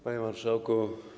Panie Marszałku!